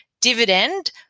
dividend